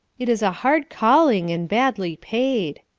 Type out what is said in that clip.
it is a hard calling and badly paid.